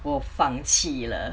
我放弃了